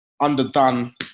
Underdone